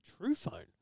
TruePhone